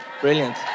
Brilliant